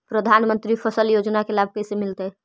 प्रधानमंत्री फसल योजना के लाभ कैसे मिलतै?